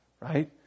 Right